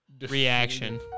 Reaction